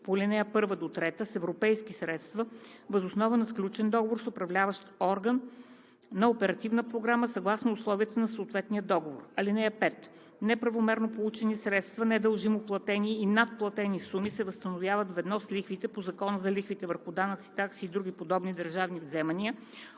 по ал. 1 – 3 с европейски средства въз основа на сключен договор с управляващ орган на оперативна програма съгласно условията на съответния договор. (5) Неправомерно получени средства, недължимо платени и надплатени суми се възстановяват ведно с лихвите по Закона за лихвите върху данъци, такси и други подобни държавни вземания